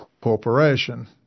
corporation